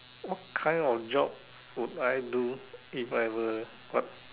what kind of job would I do if I were what